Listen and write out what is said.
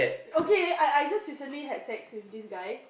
okay I I just recently had sex with this guy